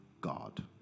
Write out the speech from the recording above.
God